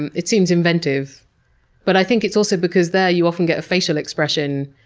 and it seems inventive but i think it's also because there you often get a facial expression,